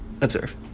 Observe